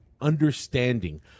understanding